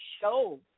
show